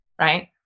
Right